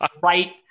right